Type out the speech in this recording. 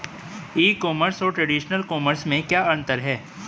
ई commerce और traditional commerce में क्या अंतर है?